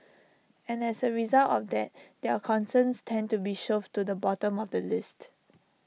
and as A result of that their concerns tend to be shoved to the bottom of the list